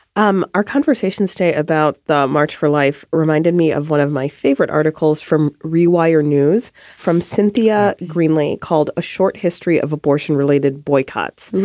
um our conversations stay about the march for life. reminded me of one of my favorite articles from rewire news from cynthia greenly called a short history of abortion related boycotts.